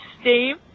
steve